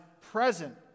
present